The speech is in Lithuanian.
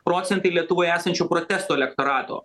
procentai lietuvoje esančio protesto elektorato